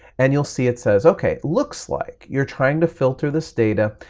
and you'll see it says, okay, looks like you're trying to filter this data.